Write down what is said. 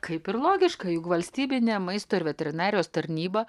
kaip ir logiška juk valstybinė maisto ir veterinarijos tarnyba